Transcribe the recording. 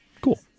Cool